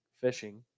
fishing